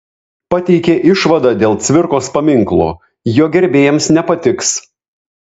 pateikė išvadą dėl cvirkos paminklo jo gerbėjams nepatiks